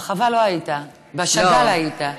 ברחבה לא היית, בשאגאל היית.